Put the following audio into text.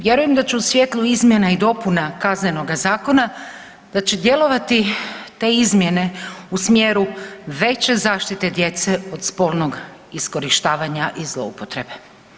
Vjerujem da će u svjetlu izmjena i dopuna Kaznenoga zakona da će djelovati te izmjene u smjeru veće zaštite djece od spolnog iskorištavanja i zloupotrebe.